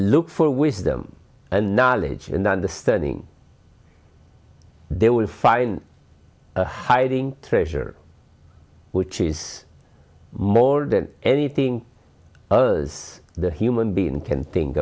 look for wisdom and knowledge and understanding there will find a hiding treasure which is more than anything others the human being can think